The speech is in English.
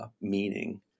meaning